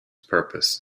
purpose